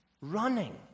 running